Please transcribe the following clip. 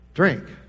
drink